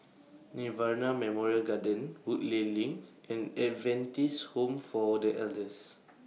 Nirvana Memorial Garden Woodleigh LINK and Adventist Home For The Elders